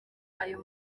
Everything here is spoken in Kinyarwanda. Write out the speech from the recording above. aya